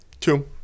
two